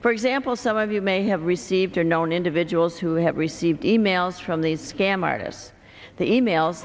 for example some of you may have received or known individuals who have received e mails from these scam artists the emails